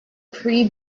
pre